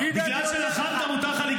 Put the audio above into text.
כשזה לא חוקי שמונה שנים,